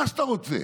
מה שאתה רוצה,